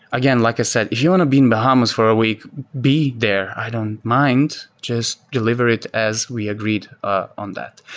again, like i said, if you want to be in bahamas for a week, be there. i don't mind. just deliver it as we agreed ah on that.